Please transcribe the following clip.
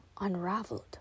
unraveled